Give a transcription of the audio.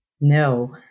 No